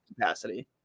capacity